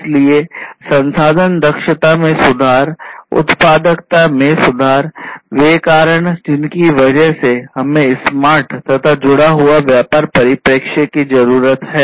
इसलिए संसाधन दक्षता में सुधार उत्पादकता में सुधार वे कारण जिसकी वजह से हमें स्मार्ट तथा जुड़ा हुआ व्यापार परिप्रेक्ष्य की जरूरत है